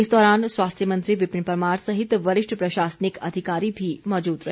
इस दौरान स्वास्थ्य मंत्री विपिन परमार सहित वरिष्ठ प्रशासनिक अधिकारी भी मौजूद रहे